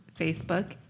Facebook